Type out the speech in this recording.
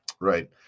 Right